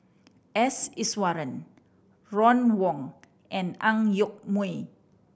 S Iswaran Ron Wong and Ang Yoke Mooi